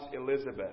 Elizabeth